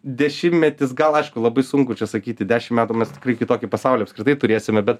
dešimtmetis gal aišku labai sunku čia sakyti dešim metų mes tikrai kitokį pasaulį apskritai turėsime bet